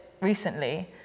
recently